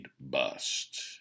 bust